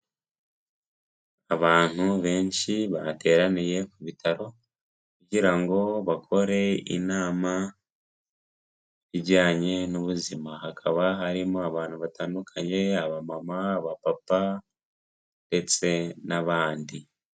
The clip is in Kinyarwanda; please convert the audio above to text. Abantu benshi bateraniye ku bitaro kugira ngo bakore inama ijyanye n'ubuzima, hakaba harimo abantu batandukanye, abamama, abapapa ndetse n'abandi.